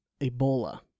ebola